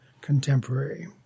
contemporary